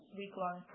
week-long